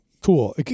cool